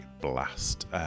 blast